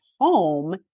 home